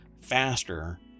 faster